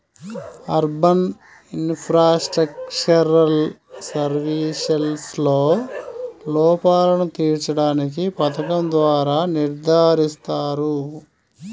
urban infrastructural సర్వీసెస్లో లోపాలను తీర్చడానికి పథకం ద్వారా నిర్ధారిస్తారు